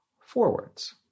forwards